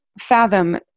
fathom